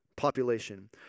population